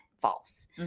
false